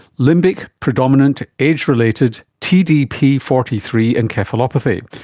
limbic-predominant age-related tdp forty three encephalopathy.